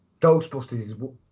Ghostbusters